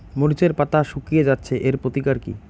মরিচের পাতা শুকিয়ে যাচ্ছে এর প্রতিকার কি?